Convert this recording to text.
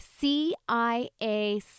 CIA